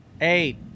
Eight